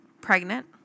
pregnant